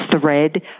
thread